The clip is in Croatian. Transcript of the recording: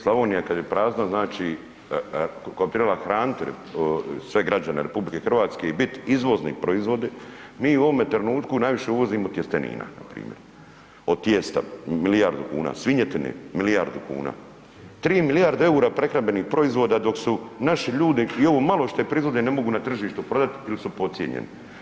Slavonija kad je prazna znači, koja bi trebala hraniti sve građane RH i bit izvoznik proizvoda, mi u ovome trenutku najviše uvozimo tjestenina npr., od tijesta milijardu kuna, svinjetine milijardu kuna, 3 milijarde EUR-a prehrambenih proizvoda dok su naši ljudi i ovo malo što proizvode ne mogu na tržištu prodat jel su podcijenjeni.